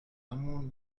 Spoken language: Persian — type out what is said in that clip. مون